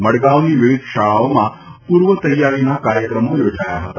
મડગાંવની વિવિધ શાળાઓમાં પણ પૂર્વ તૈયારીના કાર્યક્રમો યોજાયા હતા